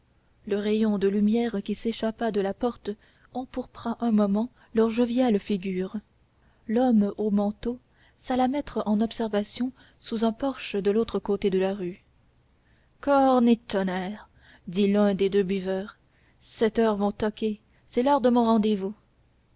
le rayon de lumière qui s'échappa de la porte empourpra un moment leurs joviales figures l'homme au manteau s'alla mettre en observation sous un porche de l'autre côté de la rue corne et tonnerre dit l'un des deux buveurs sept heures vont toquer c'est l'heure de mon rendez-vous